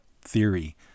theory